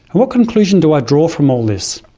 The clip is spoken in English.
what conclusion do i draw from all this?